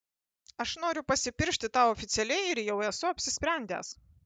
aš noriu pasipiršti tau oficialiai ir jau esu apsisprendęs